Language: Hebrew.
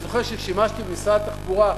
אני זוכר ששימשתי במשרד התחבורה,